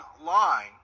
line